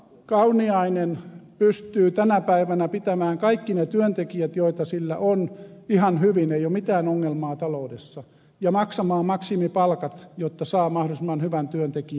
kauniainen pystyy tänä päivänä pitämään kaikki ne työntekijät joita sillä on ihan hyvin ei ole mitään ongelmaa taloudessa ja maksamaan maksimipalkat jotta saa mahdollisimman hyvän työntekijäjoukon